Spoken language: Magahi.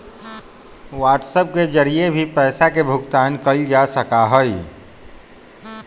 व्हाट्सएप के जरिए भी पैसा के भुगतान कइल जा सका हई